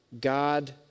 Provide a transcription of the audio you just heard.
God